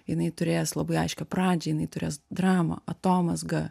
jinai turėjęs labai aiškią pradžią jinai turės dramą atomazgą